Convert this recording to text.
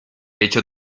hecho